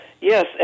Yes